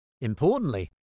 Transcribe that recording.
Importantly